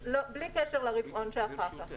ובלי קשר לרבעון שאחר כך.